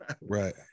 Right